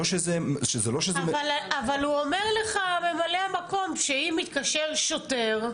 אבל ממלא המקום אומר לך שאם מתקשר שוטר,